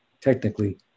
technically